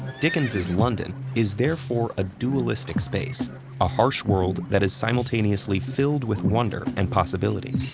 dickens's london is therefore a dualistic space a harsh world that is simultaneously filled with wonder and possibility.